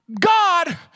God